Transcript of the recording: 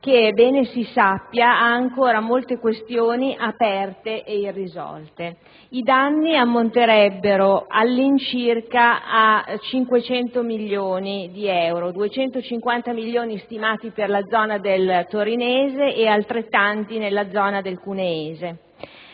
che, è bene si sappia, vede ancora molte questioni aperte e irrisolte. I danni ammonterebbero, all'incirca, a 500 milioni di euro: 250 milioni di euro stimati per la zona del torinese e altrettanti nella zona del cuneese.